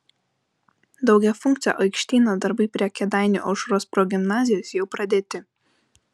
daugiafunkcio aikštyno darbai prie kėdainių aušros progimnazijos jau pradėti